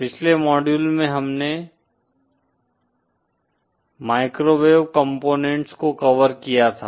पिछले मॉड्यूल में हमने माइक्रोवेव कंपोनेंट्स को कवर किया था